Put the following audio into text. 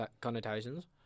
connotations